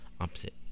Opposite